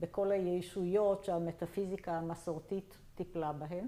בכל היישויות ‫שהמטאפיזיקה המסורתית טיפלה בהן?